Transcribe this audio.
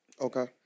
okay